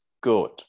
good